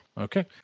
Okay